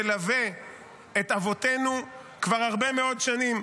מלווה את אבותינו כבר הרבה מאוד שנים.